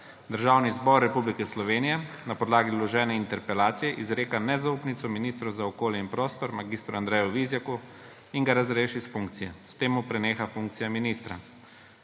Državni zbor Republike Slovenije na podlagi vložene interpelacije izreka nezaupnico ministru za okolje in prostor mag. Andreju Vizjaku in ga razreši s funkcije. S tem mu preneha funkcija ministra.